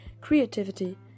creativity